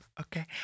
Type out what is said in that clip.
okay